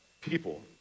people